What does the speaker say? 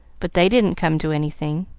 but they didn't come to anything.